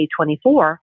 2024